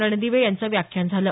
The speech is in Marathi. रणदिवे यांचं व्याख्यान झालं